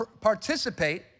participate